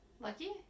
Lucky